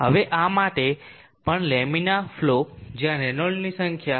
હવે આ માટે પણ લેમિના ફલો જ્યાં રેનોલ્ડ્સની સંખ્યા 0